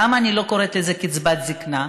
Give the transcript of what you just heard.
למה אני לא קוראת לזה קצבת זקנה?